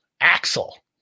Axel